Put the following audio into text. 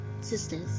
sisters